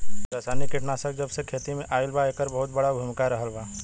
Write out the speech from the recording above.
रासायनिक कीटनाशक जबसे खेती में आईल बा येकर बहुत बड़ा भूमिका रहलबा